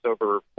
over